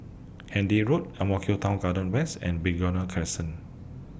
Handy Road Ang Mo Kio Town Garden West and Begonia Crescent